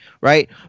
right